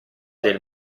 del